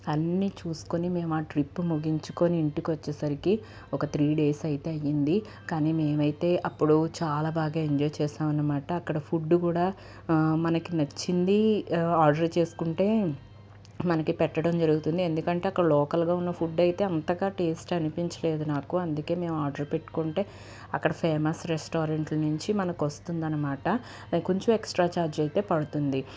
అన్ని చూసుకొని మేము ఆ ట్రిప్ ముగించుకొని ఇంటికి వచ్చేసరికి ఒక త్రీ డేస్ అయితే అయ్యింది కానీ మేమైతే అప్పుడు చాలా బాగా ఎంజాయ్ చేసాం అనమాట అక్కడ ఫుడ్ కూడా మనకి నచ్చింది ఆర్డర్ చేసుకుంటే మనకి పెట్టడం జరుగుతుంది ఎందుకంటే అక్కడ లోకల్గా ఉన్న ఫుడ్ అయితే అంతగా టేస్ట్ అనిపించలేదు నాకు అందుకే మేము ఆర్డర్ పెట్టుకుంటే అక్కడ ఫేమస్ రెస్టారెంట్ల నుంచి మనకు వస్తుందనమాట కొంచెం ఎక్స్ట్రా ఛార్జ్ అయితే పడుతుంది